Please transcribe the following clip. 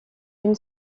une